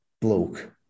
bloke